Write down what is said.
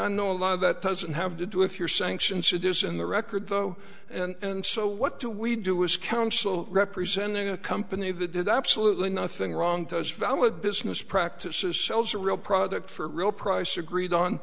i know a lot of that doesn't have to do with your sanctions it is in the record though and so what do we do is counsel representing a company that did absolutely nothing wrong does valid business practices sells a real product for a real price agreed on